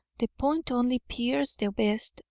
the point only pierced the vest,